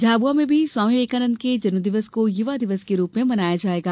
झाबुआ में भी स्वामी विवेकानंद के जन्मदिवस को युवा दिवस के रूप में मनाया जायेगा